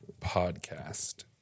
Podcast